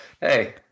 Hey